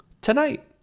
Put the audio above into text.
Tonight